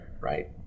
right